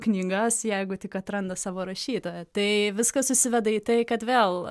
knygas jeigu tik atranda savo rašytoją tai viskas susiveda į tai kad vėl